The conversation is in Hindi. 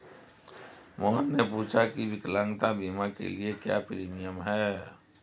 मोहन ने पूछा की विकलांगता बीमा के लिए क्या प्रीमियम है?